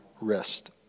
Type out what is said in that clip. rest